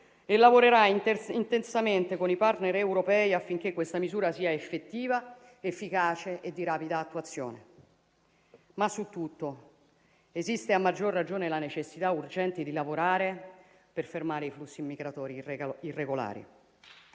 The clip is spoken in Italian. e lavorerà intensamente con i *partner* europei affinché la misura sia effettiva, efficace e di rapida attuazione. Su tutto esiste però, a maggior ragione, la necessità urgente di lavorare per fermare i flussi migratori irregolari